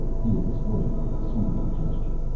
he explained with a sweeping gesture.